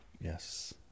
Yes